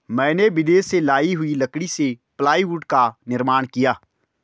मैंने विदेश से लाई हुई लकड़ी से प्लाईवुड का निर्माण किया है